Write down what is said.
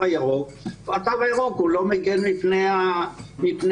הירוק והתו הירוק לא מגן מפני ההידבקות.